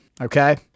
Okay